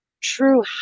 true